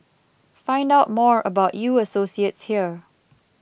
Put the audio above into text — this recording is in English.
find out more about U Associates here